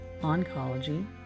oncology